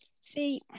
see